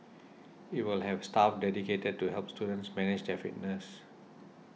it will have staff dedicated to help students manage their fitness